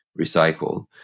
recycled